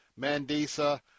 Mandisa